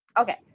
Okay